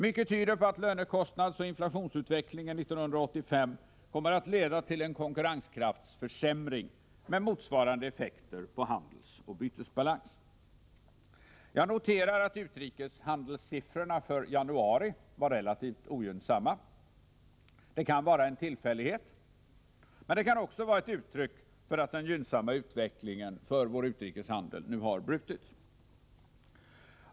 Mycket tyder på att lönekostnadsoch inflationsutvecklingen 1985 kommer att leda till en konkurrenskraftsförsämring med motsvarande effekter på handelsoch bytesbalans. Jag noterar att utrikeshandelssiffrorna för januari var relativt ogynnsamma. Detta kan vara en tillfällighet, men det kan också vara ett uttryck för att den gynnsamma utvecklingen för vår utrikeshandel nu har brutits.